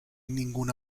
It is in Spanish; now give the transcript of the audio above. ninguna